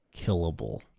killable